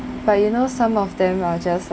but you know some of them are just